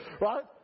Right